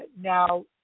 Now